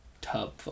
tub